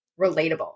relatable